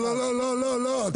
לא לא, אתה לא נותן.